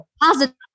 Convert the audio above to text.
positive